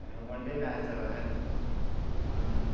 one day match चला दे न